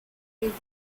thesis